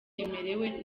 yemerewe